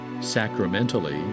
sacramentally